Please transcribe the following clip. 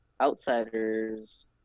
outsiders